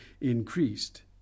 increased